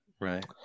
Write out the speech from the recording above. right